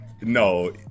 no